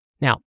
Now